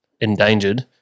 endangered